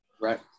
right